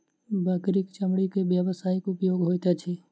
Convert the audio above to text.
बकरीक चमड़ी के व्यवसायिक उपयोग होइत अछि